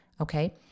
Okay